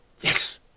Yes